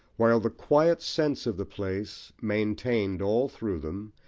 while the quiet sense of the place, maintained all through them,